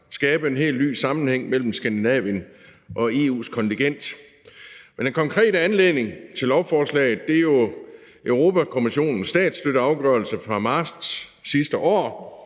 skabe en helt ny sammenhæng mellem Skandinavien og EU's kontinent. Den konkrete anledning til lovforslaget er jo Europa-Kommissionens statsstøtteafgørelse fra marts sidste år.